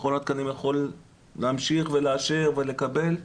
מכון התקנים יכול להמשיך ולאשר ולקבל,